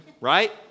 Right